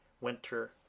Winter